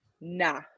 Nah